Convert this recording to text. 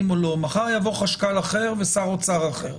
או לא מחר יבוא חשכ"ל אחר ושר אוצר אחר.